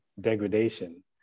degradation